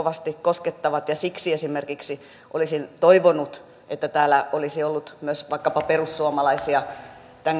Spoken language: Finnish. ihmistä koskettaa ja siksi esimerkiksi olisin toivonut että täällä olisi ollut myös vaikkapa perussuomalaisia